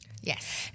Yes